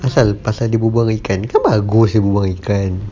pasal pasal dia berbual dengan ikan kan banyak ghost yang berbual ikan